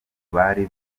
bari